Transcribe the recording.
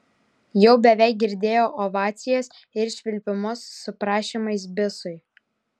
jau beveik girdėjau ovacijas ir švilpimus su prašymais bisui